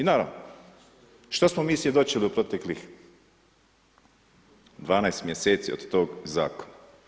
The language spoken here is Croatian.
I naravno, što smo mi svjedočili u proteklih 12 mjeseci od tog zakona?